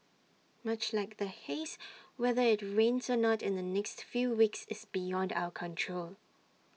much like the haze whether IT rains or not in the next few weeks is beyond our control